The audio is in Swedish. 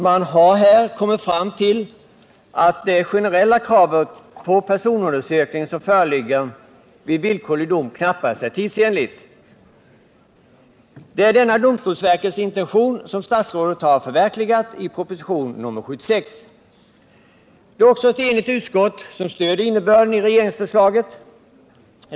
Man har därvid kommit fram till att det generella krav som nu föreligger på personundersökning vid villkorlig dom knappast är tidsenligt. Det är domstolsverkets intention som statsrådet har förverkligat i propositionen nr 76. Det är också ett enigt utskott som stöder innebörden i regeringsförslaget.